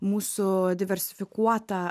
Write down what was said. mūsų diversifikuotą